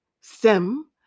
sem